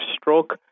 stroke